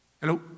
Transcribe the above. Hello